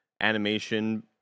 animation